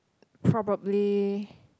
probably